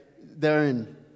therein